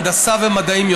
הנדסה ומדעים,